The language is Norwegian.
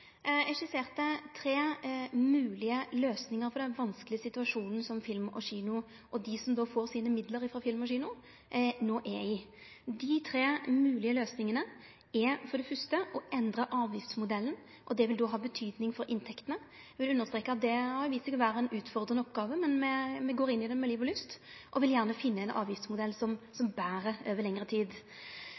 Eg skisserte tre moglege løysingar på den vanskelege situasjonen som Film & Kino og dei som får sine midlar frå Film & Kino, no er i. Dei tre moglege løysingane er for det fyrste å endre avgiftsmodellen – det vil ha betydning for inntektene. Eg vil understreke at det har vist seg å vere ei utfordrande oppgåve, men me går inn i det med liv og lyst, og vil gjerne finne ein avgiftsmodell som ber over lengre tid.